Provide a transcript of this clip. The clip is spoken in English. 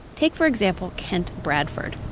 take, for example, kent bradford,